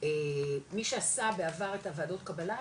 מי שעשה בעבר את הוועדות קבלה,